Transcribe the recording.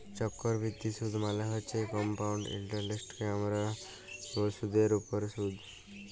চক্করবিদ্ধি সুদ মালে হছে কমপাউল্ড ইলটারেস্টকে আমরা ব্যলি সুদের উপরে সুদ